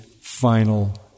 final